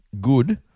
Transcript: good